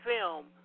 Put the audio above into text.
film